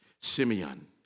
Simeon